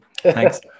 thanks